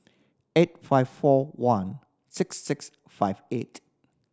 eight five four one six six five eight